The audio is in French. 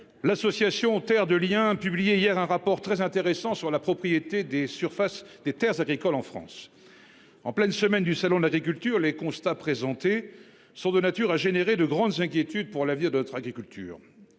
L'association Terre de Liens publié hier un rapport très intéressant sur la propriété des surfaces des Terres ça agricole en France. En pleine semaine du salon de l'agriculture les constats présentés sont de nature à générer de grandes inquiétudes pour l'avenir de notre agriculture.